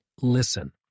Listen